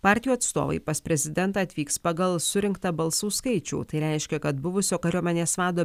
partijų atstovai pas prezidentą atvyks pagal surinktą balsų skaičių tai reiškia kad buvusio kariuomenės vado